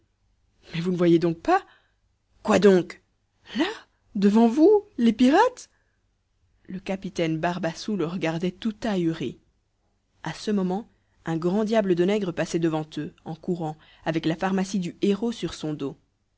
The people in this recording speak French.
mais vous ne voyez donc pas quoi donc là devant vous les pirates le capitaine barbassou le regardait tout ahuri a ce moment un grand diable de nègre passait devant eux en courant avec la pharmacie du héros sur son dos